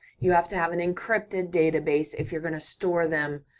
you have to have an encrypted database if you're gonna store them,